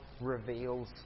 reveals